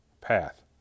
path